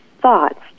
thoughts